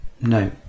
no